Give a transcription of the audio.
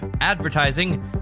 advertising